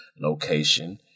location